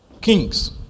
kings